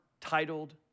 titled